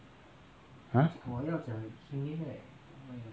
!huh!